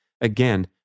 Again